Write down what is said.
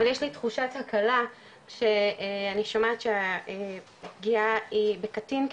אבל יש לי תחושת הקלה כשאני שומעת הפגיעה היא בקטין כי